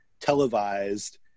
televised